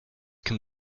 can